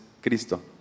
Cristo